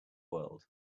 world